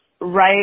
right